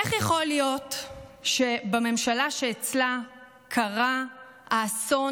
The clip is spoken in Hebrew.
איך יכול להיות שבממשלה שאצלה קרה האסון